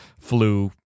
flew